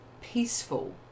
peaceful